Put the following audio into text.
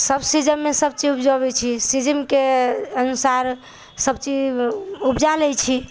सब सीजन मे सब चीज उपजबै छी सीजन के अनुसार सब चीज उपजा लै छी